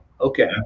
Okay